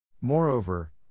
Moreover